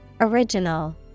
Original